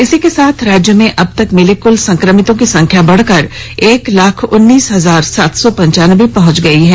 इसी के साथ राज्य में अब तक मिले कुल संक्रमितों की संख्या बढ़कर एक लाख उन्नीस हजार सात सौ पन्चानबे पहुंच गई है